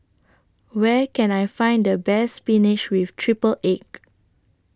Where Can I Find The Best Spinach with Triple Egg